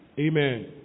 Amen